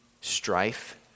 strife